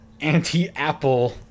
anti-apple